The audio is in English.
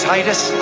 Titus